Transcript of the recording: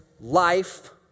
life